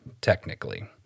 technically